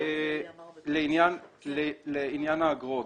לעניין האגרות.